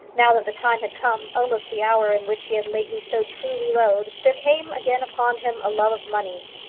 now that the time had come, almost the hour in which he had lately so truly loathed, there came again upon him a love of money,